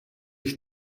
sich